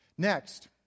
Next